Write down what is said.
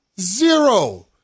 Zero